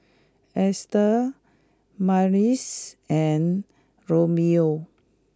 Estes Myrtis and Romello